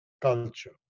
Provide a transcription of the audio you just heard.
culture